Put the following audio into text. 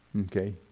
Okay